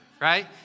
Right